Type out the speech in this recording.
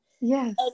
yes